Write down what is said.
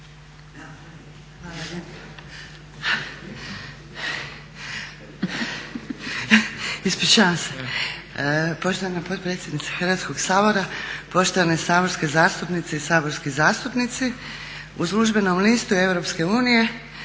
Snježana** Poštovana potpredsjednice Hrvatskog sabora, poštovane saborske zastupnice i saborski zastupnici. U službenom listu